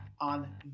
on